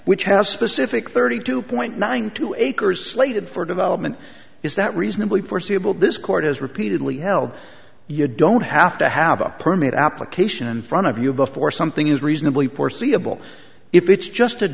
which has specific thirty two point nine two eight dollars slated for development is that reasonably foreseeable this court has repeatedly held you don't have to have a permit application in front of you before something is reasonably foreseeable if it's just a